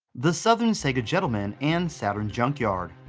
the southern sega gentleman and saturn junkyard.